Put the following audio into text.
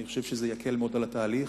אני חושב שזה יקל מאוד על התהליך.